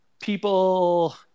people